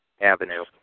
Avenue